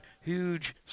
huge